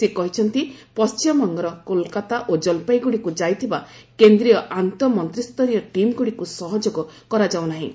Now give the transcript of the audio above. ସେ କହିଛନ୍ତି ପଶ୍ଚିମବଙ୍ଗରର କୋଲକାତା ଓ ଜଲପାଇଗୁଡ଼ିକୁ ଯାଇଥିବା କେନ୍ଦ୍ରୀୟ ଆନ୍ତଃ ମନ୍ତ୍ରୀଷ୍ଠରୀୟ ଟିମ୍ ଗୁଡ଼ିକୁ ସହଯୋଗ କରାଯାଉ ନାହିଁ